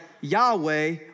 Yahweh